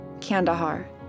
Kandahar